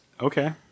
Okay